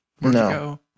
No